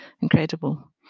incredible